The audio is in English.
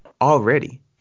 already